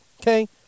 okay